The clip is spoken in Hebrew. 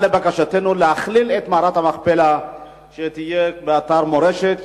לבקשתנו להכליל את מערת המכפלה באתרי המורשת,